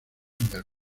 del